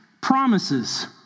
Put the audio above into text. promises